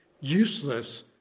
useless